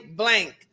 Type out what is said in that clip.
blank